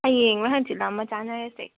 ꯍꯌꯦꯡꯂꯥ ꯍꯪꯆꯤꯠꯂꯥ ꯑꯃ ꯆꯥꯅꯔꯁꯦ